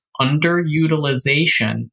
underutilization